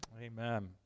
Amen